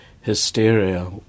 hysteria